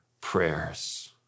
prayers